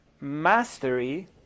mastery